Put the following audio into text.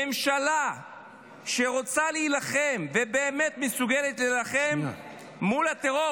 ממשלה שרוצה להילחם ובאמת מסוגלת להילחם מול הטרור,